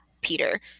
Peter